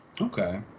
Okay